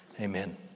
Amen